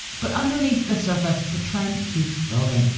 but underneath the surface, the trend keeps building.